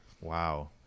Wow